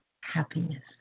happiness